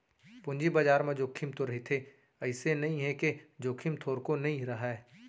पूंजी बजार म जोखिम तो रहिथे अइसे नइ हे के जोखिम थोरको नइ रहय